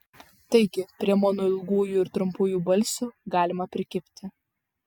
taigi prie mano ilgųjų ir trumpųjų balsių galima prikibti